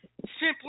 simply